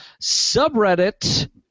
subreddit